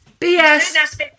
BS